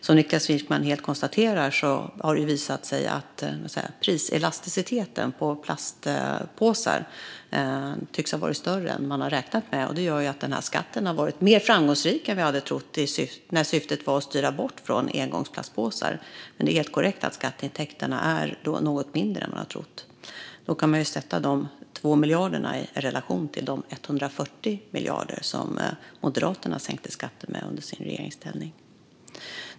Som Niklas Wykman helt riktigt konstaterar har det visat sig att priselasticiteten på plastpåsar tycks ha varit större än man hade räknat med. Det gör att skatten har varit mer framgångsrik än vi hade trott när syftet var att styra bort från engångsplastpåsar. Men det är helt korrekt att skatteintäkterna är något mindre än man hade trott. Man kan då sätta dessa 2 miljarder i relation till de 140 miljarder som Moderaterna sänkte skatten med i regeringsställning.